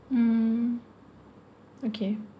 hmm okay